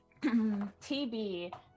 TB